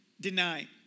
deny